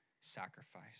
sacrifice